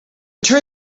turn